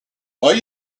are